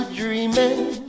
dreaming